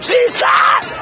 Jesus